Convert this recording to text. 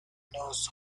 knows